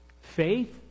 faith